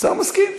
השר מסכים.